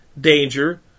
danger